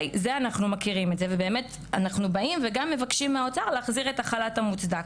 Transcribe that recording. את זה אנחנו מכירים וגם מבקשים מהאוצר להחזיר את החל"ת המוצדק.